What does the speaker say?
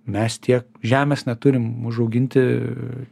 mes tiek žemės neturim užauginti